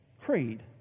Creed